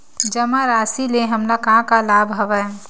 जमा राशि ले हमला का का लाभ हवय?